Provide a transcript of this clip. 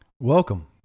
Welcome